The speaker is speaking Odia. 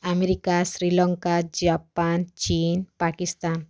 ଆମେରିକା ଶ୍ରୀଲଙ୍କା ଜାପାନ୍ ଚୀନ୍ ପାକିସ୍ତାନ୍